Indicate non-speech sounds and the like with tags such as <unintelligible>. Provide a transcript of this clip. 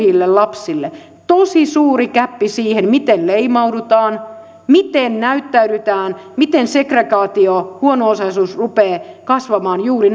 köyhille lapsille tosi suuren gäpin siihen miten leimaudutaan miten näyttäydytään miten segregaatio huono osaisuus rupeaa kasvamaan juuri <unintelligible>